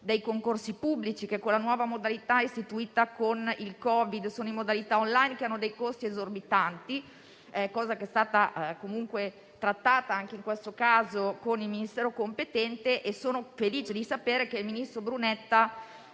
dei concorsi pubblici, che, secondo la nuova modalità istituita per il Covid, sono *on line* e hanno dei costi esorbitanti. La materia è stata comunque trattata, anche in questo caso, con il Ministero competente e sono felice di sapere che il ministro Brunetta,